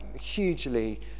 hugely